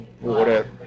Water